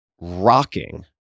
rocking